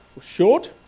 short